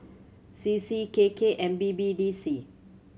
C C K K and B B D C